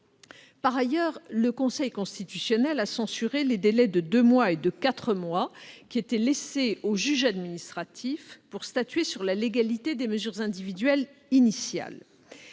heures. Le Conseil constitutionnel a également censuré les délais de deux mois et de quatre mois qui étaient laissés au juge administratif pour statuer sur la légalité des mesures individuelles initiales.